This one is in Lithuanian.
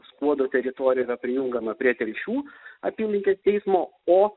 skuodo teritorija yra prijungiama prie telšių apylinkės teismo o